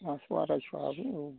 मासआव आरायस' हाबो औ